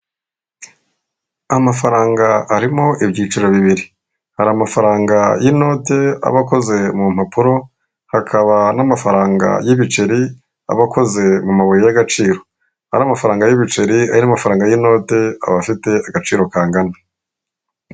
Amafaranga arimo ibyiciro bibiri, hari amafaranga y'inote aba akoze mu mpapuro, hakaba n'amafaranga y'ibiceri aba akoze mu mabuye y'agaciro. Ari amafaranga y'ibiceri, ari amafaranga y'inote aba afite agaciro kangana.